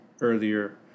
earlier